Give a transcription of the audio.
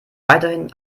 weiterhin